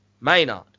Maynard